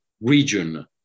region